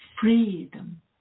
freedom